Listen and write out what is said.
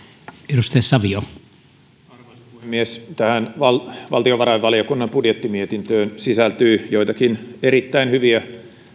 arvoisa puhemies tähän valtiovarainvaliokunnan budjettimietintöön sisältyy joitakin erittäin hyviä